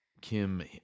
Kim